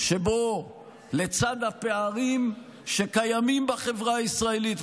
שבו לצד הפערים שקיימים בחברה הישראלית,